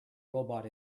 robot